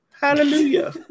Hallelujah